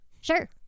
Sure